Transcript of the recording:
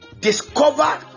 discover